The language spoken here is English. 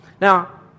Now